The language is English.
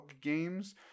Games